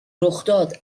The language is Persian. رخداد